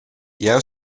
jeu